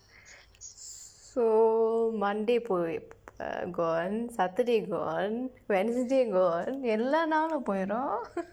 so monday போய்:pooy gone saturday gone wednesday gone எல்லா நாளும் போயிரும்:ellaa naalum pooyirum